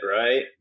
Right